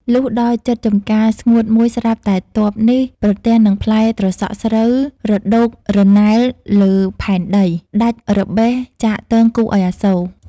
លុះដល់ជិតចំការស្ងួតមួយស្រាប់តែទ័ពនេះ ប្រទះនឹងផ្លែត្រសក់ស្រូវរដូករណែលលើផែនដី ដាច់របេះចាកទងគួរឱ្យអាសូរ ។